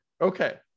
Okay